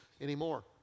anymore